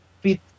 fit